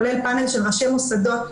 כולל פאנל של ראשי מוסדות,